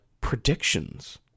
predictions